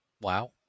Wow